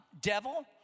devil